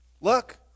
Look